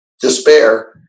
despair